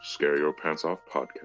ScareYourPantsOffPodcast